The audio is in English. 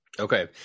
Okay